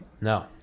no